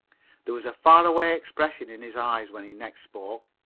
there was a faraway expression in his eyes when he next spoke.